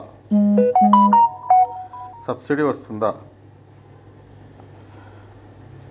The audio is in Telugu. సబ్సిడీ వస్తదా?